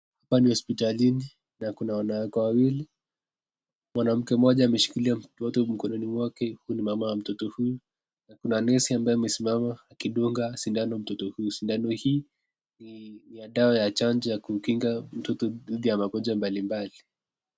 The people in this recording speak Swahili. Hapa ni hospitalini na kuna wanawake wawili. Mwanamke mmoja ameshikilia mtoto mkononi mwake ,huyu ni mama wa.mtoto huyu na kuna nesi ambayo amesimama akidunga sindano mtoto huyu. Sindano hii niya dawa ya chanjo ya kukinga mtoto dhidi ya magojwa mbalimbali.